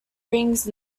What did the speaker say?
rings